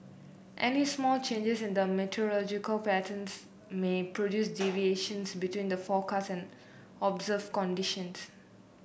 any small changes in the meteorological patterns may produce deviations between the forecast and observed conditions